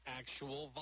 actual